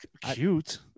Cute